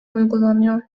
uygulanıyor